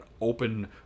open